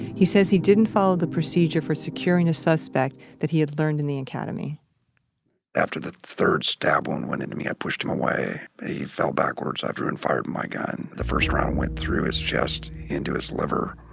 he says he didn't follow the procedure for securing a suspect that he had learned in the academy after the third stab wound went into me, i pushed him away. he fell backwards. i drew and fired my gun. the first round went through his chest into his liver